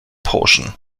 portion